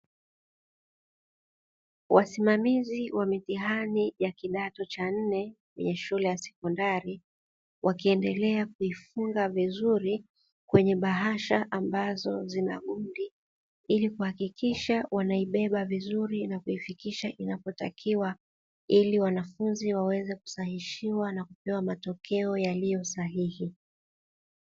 Wasimamizi wa mitihani ya kidato cha nne kwenye shule ya sekondari wakiendelea kuifunga vizuri kwenye bahasha ambazo zina gundi, ili kuhakikisha wanaibeba vizuri na kuifikisha inapotakiwa ili wanafunzi waweze kusahihishiwa na kupewa matokeo yaliyo sahihi.